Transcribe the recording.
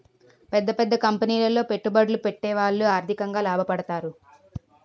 పెద్ద పెద్ద కంపెనీలో పెట్టుబడులు పెట్టేవాళ్లు ఆర్థికంగా లాభపడతారు